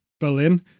Berlin